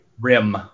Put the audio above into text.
rim